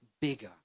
bigger